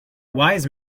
wise